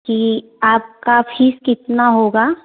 कि आपका फीस कितना होगा